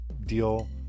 deal